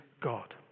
God